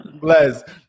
bless